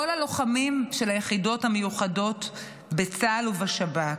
כל הלוחמים של היחידות המיוחדות בצה"ל ובשב"כ.